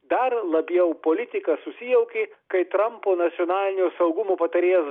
dar labiau politika susijaukė kai trampo nacionalinio saugumo patarėjas